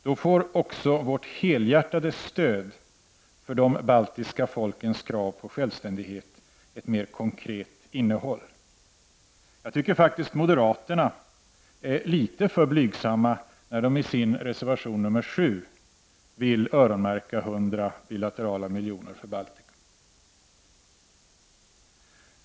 Då får också vårt helhjärtade stöd för de baltiska folkens krav på självständighet ett mer konkret innehåll. Jag tycker faktiskt att moderaterna är litet för blygsamma när de i sin reservation 7 vill öronmärka 100 bilaterala miljoner för Baltikum.